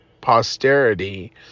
posterity